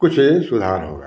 कुछ सुधार होगा